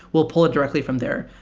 we ll pull it directly from there.